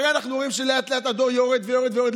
הרי אנחנו רואים שלאט-לאט הדור יורד ויורד ויורד.